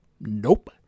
Nope